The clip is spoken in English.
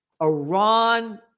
Iran